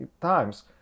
times